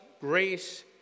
grace